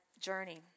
journey